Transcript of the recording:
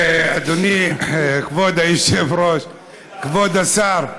אדוני, כבוד היושב-ראש, כבוד השר,